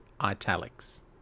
italics